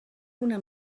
una